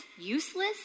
useless